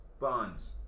buns